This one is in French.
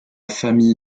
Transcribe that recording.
famille